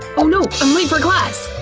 oh no! i'm late for class!